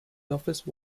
office